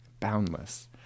boundless